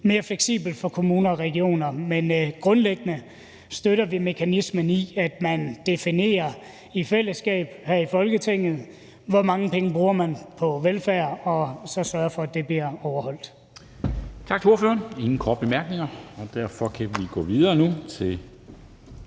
mere fleksibelt for kommuner og regioner. Men grundlæggende støtter vi mekanismen i, at man her i Folketinget i fællesskab definerer, hvor mange penge man bruger på velfærd, og så sørger for at budgetterne bliver overholdt.